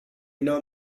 know